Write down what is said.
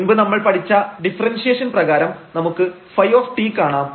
മുൻപ് നമ്മൾ പഠിച്ച ഡിഫറെൻഷിയേഷൻ പ്രകാരം നമുക്ക് ɸ കാണാം